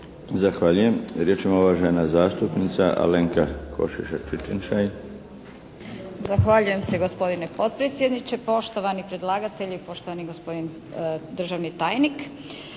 Zahvaljujem. Riječ ima uvažena zastupnica Alenka Košiša Čičin-Šain. **Košiša Čičin-Šain, Alenka (HNS)** Zahvaljujem se gospodine potpredsjedniče, poštovani predlagatelji, poštovani gospodin državni tajnik.